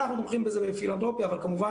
אנחנו עושים את זה בפילנתרופיה אבל כמובן